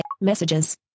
Messages